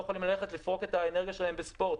יכולים לפרוק את האנרגיה שלהם בספורט,